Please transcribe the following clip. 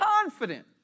confident